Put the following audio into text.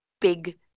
big